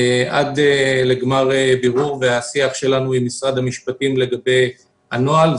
עד לגמר הבירור והשיח שלנו עם משרד המשפטים לגבי הנוהל.